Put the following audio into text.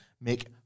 Make